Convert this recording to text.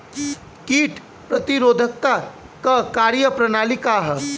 कीट प्रतिरोधकता क कार्य प्रणाली का ह?